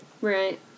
Right